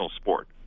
sport